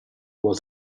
vuol